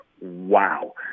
wow